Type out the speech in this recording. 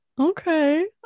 Okay